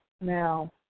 Now